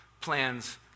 plans